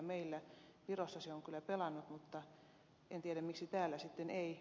virossa se on kyllä pelannut mutta en tiedä miksi täällä sitten ei